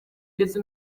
ndetse